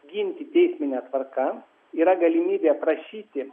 ginti teismine tvarka yra galimybė prašyti